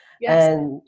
Yes